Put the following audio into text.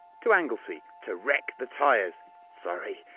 to anglesey, to wreck the tires sorry,